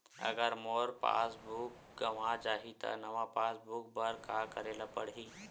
अगर मोर passbook गवां जाहि त नवा पास बुक बर का करे ल पड़हि?